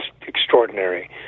extraordinary